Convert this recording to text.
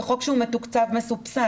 זה חוק שהוא מתוקצב, מסובסד.